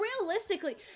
realistically